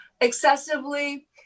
excessively